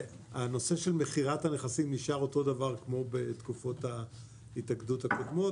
הנושא של מכירת הנכסים נשאר אותו דבר כמו בתקופות ההתאגדויות הקודמות?